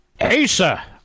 Asa